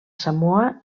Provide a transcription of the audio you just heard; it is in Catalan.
samoa